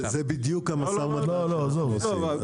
לא עזוב,